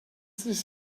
this